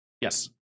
Yes